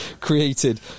created